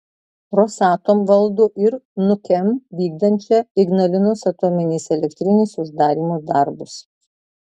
rosatom valdo ir nukem vykdančią ignalinos atominės elektrinės uždarymo darbus